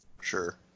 Sure